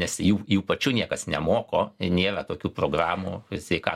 nes jų jų pačių niekas nemoko nėra tokių programų sveika